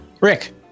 Rick